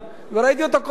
וראיתי אותו כל היום,